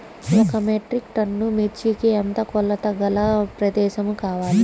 ఒక metric tonne మిర్చికి ఎంత కొలతగల ప్రదేశము కావాలీ?